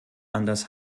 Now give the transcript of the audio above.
anders